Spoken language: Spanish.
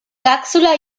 cápsula